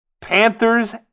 Panthers